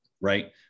right